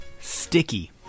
Sticky